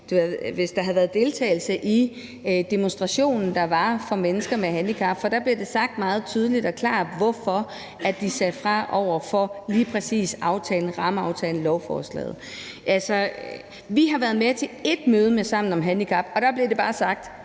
hvis hun havde deltaget i demonstrationen, der var for mennesker med handicap, for der blev det sagt meget tydeligt og klart, hvorfor de sagde fra over for lige præcis rammeaftalen og lovforslaget. Vi har været med til ét møde med Sammen om handicap, og der blev det bare sagt,